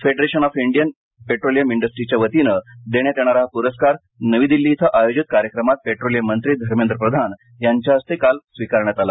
federation of Indian petroleum इंडस्ट्रीच्यावतीन देण्यात येणारा नवी दिल्ली इथं आयोजित कार्यक्रमात पेट्रोलियम मंत्री धर्मेंद्र प्रधान यांच्या हस्ते काल हा पुरस्कार देण्यात आला